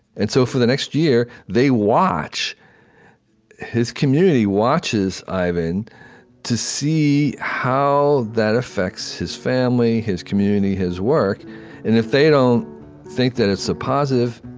and so, for the next year, they watch his community watches ivan to see how that affects his family, his community, his work, and if they don't think that it's a positive,